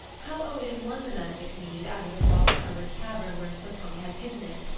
how odin won the magic mead out of the rock-covered cavern where suttung had hidden it,